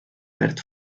verd